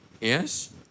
yes